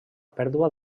pèrdua